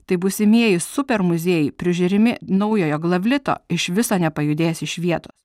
tai būsimieji super muziejai prižiūrimi naujojo glavlito iš viso nepajudės iš vietos